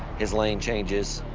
his lane changes,